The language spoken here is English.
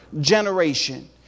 generation